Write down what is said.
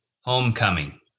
homecoming